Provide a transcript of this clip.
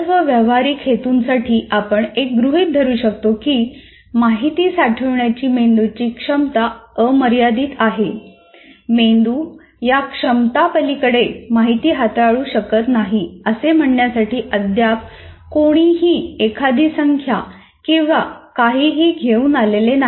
सर्व व्यावहारिक हेतूंसाठी आपण एक गृहित धरू शकतो की माहिती साठवण्याची मेंदूची क्षमता अमर्यादित आहे मेंदू या क्षमता पलीकडे माहिती हाताळू शकत नाही असे म्हणण्यासाठी अद्याप कोणीही एखादी संख्या किंवा काहीही घेऊन आलेले नाही